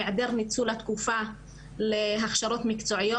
היעדר ניצול התקופה להכשרות מקצועיות.